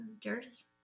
durst